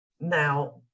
now